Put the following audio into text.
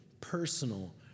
personal